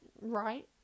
right